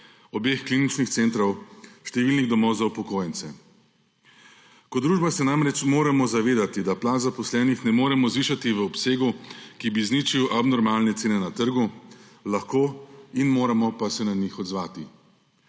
obeh kliničnih centrov, številnih domov za upokojence. Kot družba se namreč moramo zavedati, da plač zaposlenih ne moremo zvišati v obsegu, ki bi izničil abnormalne cene na trgu, lahko in moramo pa se na njih odzvati.